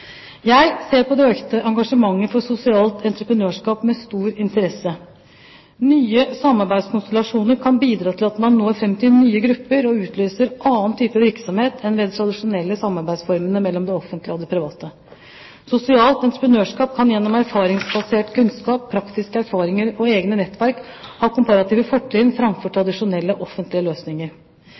Jeg ser på det økte engasjementet for sosialt entreprenørskap med stor interesse. Nye samarbeidskonstellasjoner kan bidra til at man når fram til nye grupper og utløser annen type virksomhet enn ved de tradisjonelle samarbeidsformene mellom det offentlige og det private. Sosialt entreprenørskap kan gjennom erfaringsbasert kunnskap, praktiske erfaringer og egne nettverk ha komparative fortrinn framfor tradisjonelle offentlige løsninger.